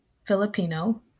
Filipino